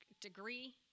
degree